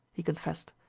he confessed.